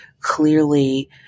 clearly